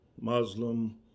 Muslim